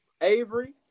Avery